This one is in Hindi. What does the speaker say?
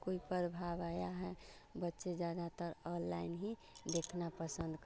कोई प्रभाव आया है बच्चे ज़्यादातर ऑनलाइन ही देखना पसंद कर